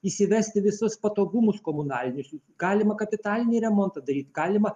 įsivesti visus patogumus komunalinius galima kapitalinį remontą daryti galima